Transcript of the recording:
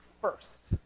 first